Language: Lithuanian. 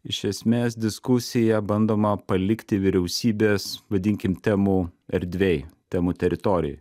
iš esmės diskusiją bandoma palikti vyriausybės vadinkim temų erdvėj temų teritorijoj